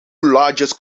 largest